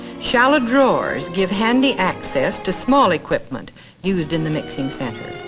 shallow drawers give handy access to small equipment used in the mixing center.